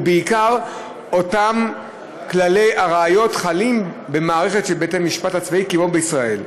ובעיקר אותם כללי ראיות החלים במערכת של בית-המשפט הצבאי כמו בישראל.